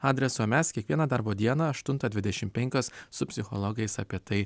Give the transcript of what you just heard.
adresu o mes kiekvieną darbo dieną aštuntą dvidešimt penkios su psichologais apie tai